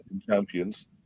champions